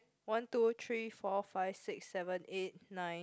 one two three four five six seven eight nine